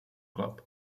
club